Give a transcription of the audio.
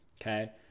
Okay